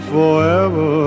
forever